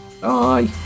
Bye